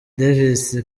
davis